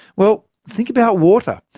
well, think about water.